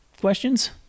questions